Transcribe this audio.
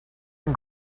and